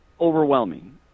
overwhelming